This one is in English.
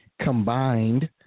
combined